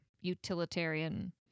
utilitarian